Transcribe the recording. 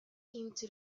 into